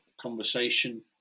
conversation